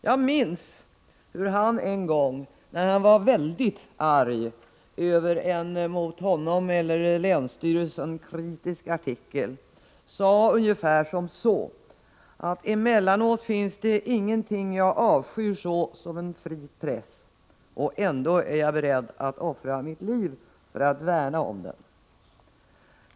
Jag minns hur han en gång, när han var väldigt arg över en mot honom eller länsstyrelsen kritisk artikel, sade ungefär som så: Emellanåt finns det inget jag avskyr så som en fri press, och ändå är jag beredd att offra mitt liv för att värna om den.